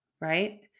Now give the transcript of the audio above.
right